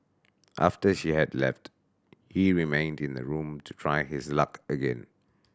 after she had left he remained in the room to try his luck again